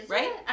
Right